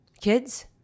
Kids